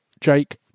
jake